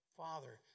father